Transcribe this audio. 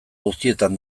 guztietan